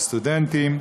לסטודנטים.